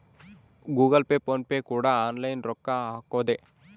Google pay phone pay ಕೂಡ online ರೊಕ್ಕ ಹಕೊದೆ